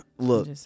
Look